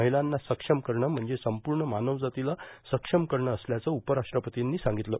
महिलांना सक्षम करणं म्हणजे संपूर्ण मानवजातीला स् सक्षम स्करणं असल्याचं उपराष्ट्रपर्तींनी सांगितलं